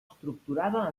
estructurada